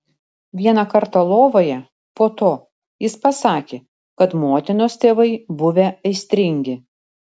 vieną kartą lovoje po to jis pasakė kad motinos tėvai buvę aistringi